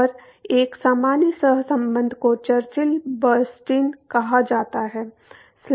और एक सामान्य सहसंबंध को चर्चिल बर्नस्टीन कहा जाता है